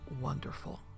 wonderful